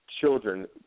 Children